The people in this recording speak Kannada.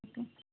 ಹ್ಞೂ